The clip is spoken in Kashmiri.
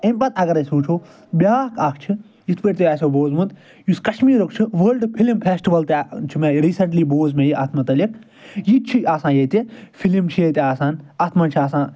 امہِ پتہٕ اگر أسۍ وٕچھُو بیاکھ اکھ چھُ یتھ پٲٹھۍ تۄہہِ آسٮ۪و بوٗزمُت یُس کشمیٖرُک چھُ ورلڈ فلم فٮ۪سٹول تہِ چھُ مےٚ ریٖسنٹلی بوٗز مےٚ اتھ متعلِق یہ تہِ چھُ تہِ چھُ آسان یتہِ فلِم چھِ یتہِ آسان اتھ منٛز چھُ آسان